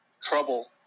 trouble